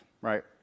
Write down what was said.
right